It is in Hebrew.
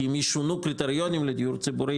כי אם ישונו קריטריונים לדיור ציבורי